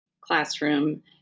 classroom